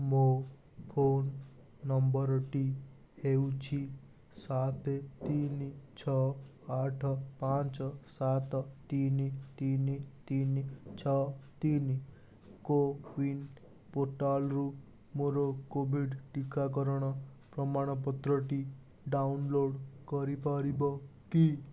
ମୋ ଫୋନ୍ ନମ୍ବର୍ଟି ହେଉଛି ସାତେ ତିନି ଛଅ ଆଠ ପାଞ୍ଚ ସାତ ତିନି ତିନି ତିନି ଛଅ ତିନି କୋୱିନ୍ ପୋର୍ଟାଲ୍ରୁ ମୋର କୋଭିଡ଼୍ ଟିକାକରଣ ପ୍ରମାଣପତ୍ରଟି ଡାଉନ୍ଲୋଡ଼୍ କରିପାରିବ କି